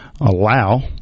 allow